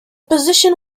position